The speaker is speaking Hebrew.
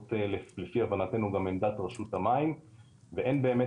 זאת כרגע לפי הבנתינו גם עמדת ראשות המים ואין באמת